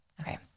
okay